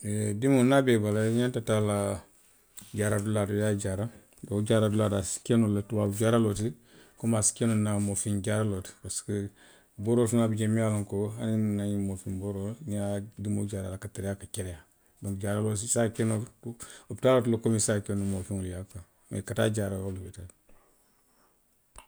E dimiŋo niŋ a be i bala, i ňanta taa la jaarali dulaa to i ye a jaara. Wo jaarali dulaa to. a si ke noo le tubaabu jaararoo ti komiŋ a se ke noo nna moofiŋ jaararoo ti, parisiko, booroolu fanaŋ bi jee, hani nna ňiŋ moofiŋ booroolu niŋ i ye dimiŋo jaara a la, a ka tariyaa ka kereyaa. Donku jaararoo i se a ke noo opitaaloo to le komiŋ i se a ke noo moofiŋolu yaa kuwa, mee ka taa a jaara, wo le beteyaata